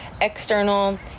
external